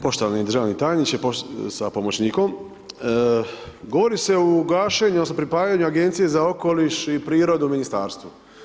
Poštovani državni tajniče sa pomoćnikom, govori se o gašenju odnosno pripajanju Agencije za okoliš i prirodu, Ministarstvu.